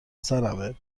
سرمه